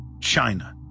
China